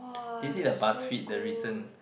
did you see the Buzzfeed the recent